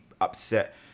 upset